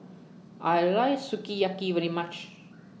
I like Sukiyaki very much